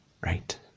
Right